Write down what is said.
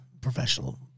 professional